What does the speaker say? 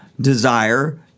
desire